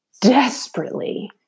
desperately